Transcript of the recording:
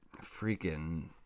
Freaking